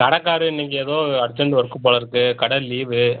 கடைக்காரு இன்றைக்கு ஏதோ urgent work போலயிருக்கு கடை லீவு